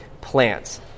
plants